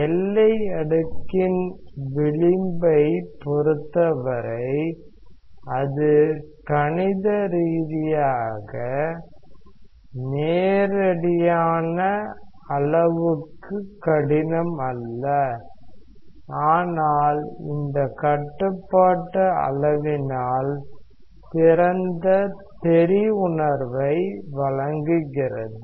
எல்லை அடுக்கின் விளிம்பைப் பொறுத்தவரை அது கணித ரீதியாக நேரடியான அளவுக்கு கடினம் அல்ல ஆனால் இந்த கட்டுப்பாட்டு அளவினால் சிறந்த தெறி உணர்வை வழங்குகிறது